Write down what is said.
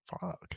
Fuck